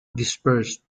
dispersed